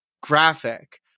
graphic